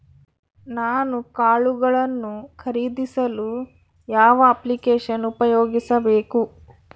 ನಾನು ಕಾಳುಗಳನ್ನು ಖರೇದಿಸಲು ಯಾವ ಅಪ್ಲಿಕೇಶನ್ ಉಪಯೋಗಿಸಬೇಕು?